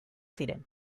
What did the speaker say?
ziren